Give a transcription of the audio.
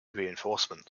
reinforcements